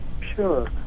Sure